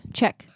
check